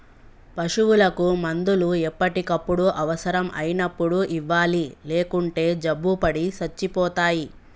పశువులకు మందులు ఎప్పటికప్పుడు అవసరం అయినప్పుడు ఇవ్వాలి లేకుంటే జబ్బుపడి సచ్చిపోతాయి